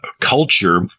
culture